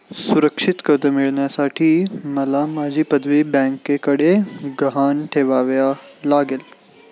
सुरक्षित कर्ज मिळवण्यासाठी मला माझी पदवी बँकेकडे गहाण ठेवायला लागेल